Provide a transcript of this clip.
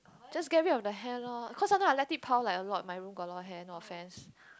just get rid of the hair loh cause sometimes I let it pile like a lot in my room got a lot of hair no offense